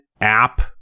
app